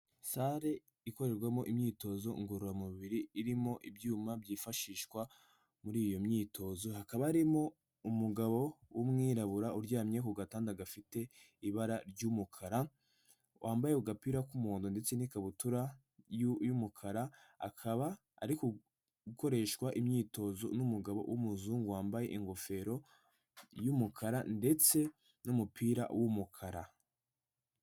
Salle ikorerwamo imyitozo ngororamubiri irimo ibyuma byifashishwa muri iyo myitozo hakaba harimo umugabo w'umwirabura uryamye ku gatanda gafite ibara ry'umukara wambaye agapira k'umuhodo ndetse, n'ikabutura y'umukara akaba ari gukoreshwa imyitozo n'umugabo w'umuzungu wambaye ingofero y'umukara, ndetse n'umupira w'umukara.